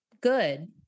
good